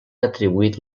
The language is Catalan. atribuït